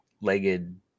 legged